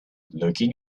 looking